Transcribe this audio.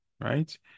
Right